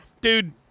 Dude